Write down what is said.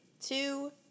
two